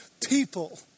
people